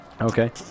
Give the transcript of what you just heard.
Okay